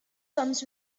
comes